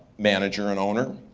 manager and owner.